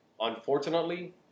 unfortunately